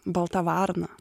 balta varna